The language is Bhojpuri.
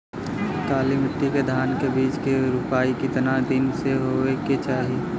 काली मिट्टी के धान के बिज के रूपाई कितना दिन मे होवे के चाही?